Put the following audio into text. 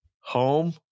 Home